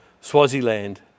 Swaziland